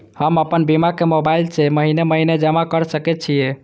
हम आपन बीमा के मोबाईल से महीने महीने जमा कर सके छिये?